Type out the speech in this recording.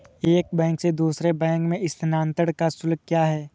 एक बैंक से दूसरे बैंक में स्थानांतरण का शुल्क क्या है?